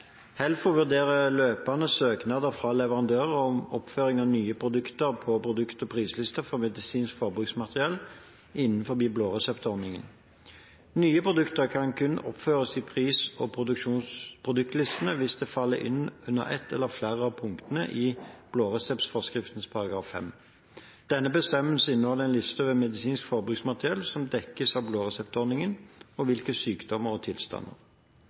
løpende søknader fra leverandører om oppføring av nye produkter på produkt- og prislistene for medisinsk forbruksmateriell innenfor blåreseptordningen. Nye produkter kan kun oppføres i pris- og produktlistene hvis de faller inn under ett eller flere av punktene i blåreseptforskriften § 5. Denne bestemmelsen inneholder en liste over medisinsk forbruksmateriell som dekkes av blåreseptordningen, og til hvilke sykdommer og tilstander.